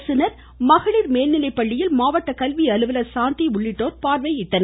அரசினர் மகளிர் மேல்நிலைப்பள்ளியில் மாவட்ட கல்வி அலுவலர் சாந்தி உள்ளிட்டோர் பார்வையிட்டனர்